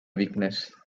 weakness